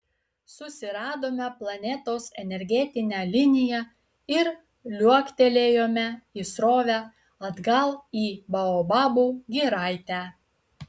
susiradome planetos energetinę liniją ir liuoktelėjome į srovę atgal į baobabų giraitę